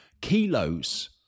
kilos